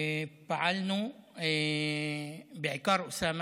פעלנו, בעיקר אוסאמה,